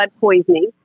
poisoning